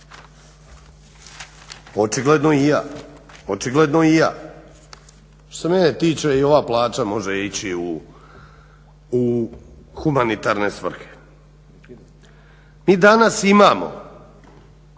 žive loše. Očigledno i ja. Što se mene tiče i ova plaća može ići u humanitarne svrhe. Mi danas imamo,